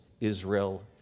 Israel